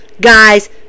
guys